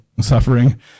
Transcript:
suffering